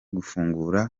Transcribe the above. gufungura